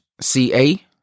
CA